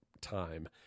time